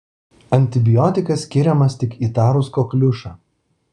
antibiotikas skiriamas tik įtarus kokliušą